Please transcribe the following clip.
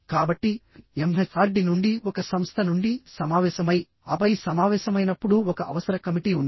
కాబట్టి ఎంహెచ్ఆర్డి నుండి ఒక సంస్థ నుండి సమావేశమైఆపై సమావేశమైనప్పుడు ఒక అవసర కమిటీ ఉంది